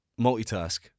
multitask